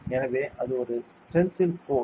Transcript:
எனவே அது tensile force